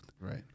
Right